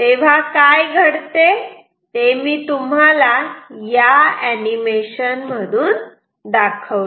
तेव्हा काय घडते ते मी तुम्हाला या एनिमेशन मधून दाखवले